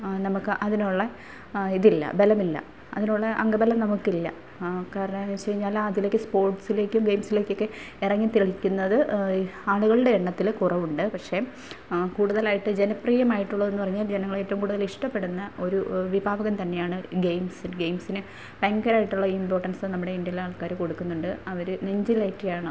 നമുക്ക് അതിനുള്ള ഇതില്ല ബലമില്ല അതിനുള്ള അംഗ ബലം നമുക്കില്ല കാരണം എന്താണെന്ന് വെച്ച് കഴിഞ്ഞാൽ അതിലേക്ക് സ്പോർട്സിലേക്കും ഗെയിംസിലേക്കൊക്കെ ഇറങ്ങിത്തിരിക്കുന്നത് ആളുകളുടെ എണ്ണത്തിൽ കുറവുണ്ട് പക്ഷേ കൂടുതലായിട്ട് ജനപ്രിയമായിട്ടുള്ളതെന്ന് പറഞ്ഞാൽ ജനങ്ങളേറ്റവും കൂടുതൽ ഇഷ്ടപ്പെടുന്ന ഒരു വിഭാകുവം തന്നെയാണ് ഗെയിംസ് ഗെയിംസിനെ ഭയങ്കരമായിട്ടുള്ള ഇമ്പോർട്ടൻസ് നമ്മുടെ ഇന്ത്യയിലെ ആൾക്കാർ കൊടുക്കുന്നുണ്ട് അവർ നെഞ്ചിലേറ്റിയാണ്